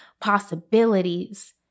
possibilities